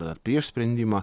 ar prieš sprendimą